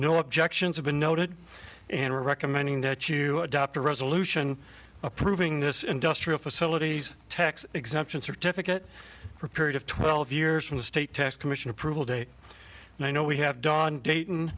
no objections have been noted and we're recommending that you adopt a resolution approving this industrial facilities tax exemption certificate for a period of twelve years from the state tax commission approval date and i know we have done dayton